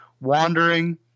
wandering